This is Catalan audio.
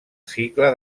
cicle